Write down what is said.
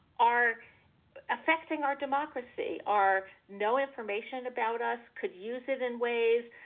are affecting our democracy, are no information about us, could use it in ways,